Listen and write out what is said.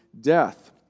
death